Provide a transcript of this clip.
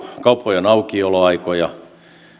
kauppojen aukioloaikoja avaamme